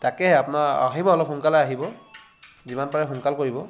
তাকে আপোনাৰ আহিব অলপ সোনকালে আহিব যিমান পাৰে সোনকাল কৰিব